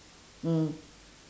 mm